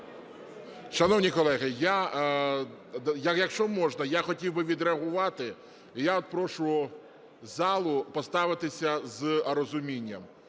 Шановні колеги, якщо можна, я хотів би відреагувати. І я от прошу залу поставитись з розумінням.